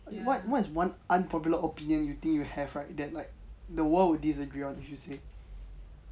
what what is one unpopular opinion you think you have right that like the world will disagree on you say